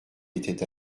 était